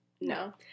no